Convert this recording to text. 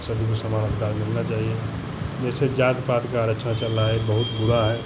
सभी को समान अधिकार मिलना चाहिए जैसे जात पात का आरक्षण चल रहा है बहुत बुरा है